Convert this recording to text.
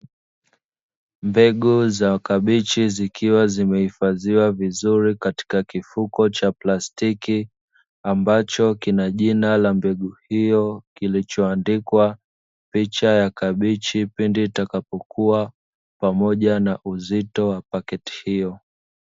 Mbegu za kabichi zikiwa zimehifadhiwa vizuri katika kifuko cha plastiki, ambacho kina jina la mbegu hiyo kilichoandikwa picha ya kabichi pindi itakapokua pamoja na uzito wa pakiti hiyo.